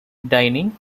dining